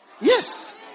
Yes